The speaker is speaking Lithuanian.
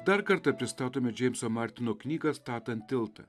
dar kartą pristatome džeimso martino knygą statant tiltą